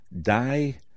die